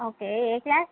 okay A class